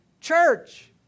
Church